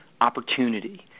opportunity